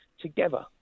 together